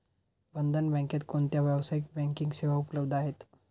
बंधन बँकेत कोणत्या व्यावसायिक बँकिंग सेवा उपलब्ध आहेत?